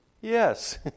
yes